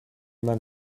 man